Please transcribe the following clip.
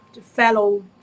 fellow